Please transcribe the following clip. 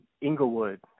Inglewood